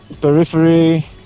Periphery